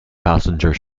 passenger